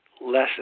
less